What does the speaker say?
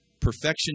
Perfection